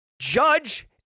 judge